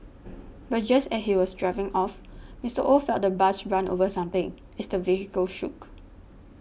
but just as he was driving off Mister Oh felt the bus run over something as the vehicle shook